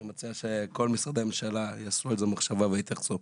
אני מציע שכל משרדי הממשלה יעשו על זה מחשבה ויתייחסו.